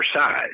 size